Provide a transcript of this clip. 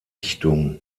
dichtung